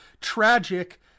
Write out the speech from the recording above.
tragic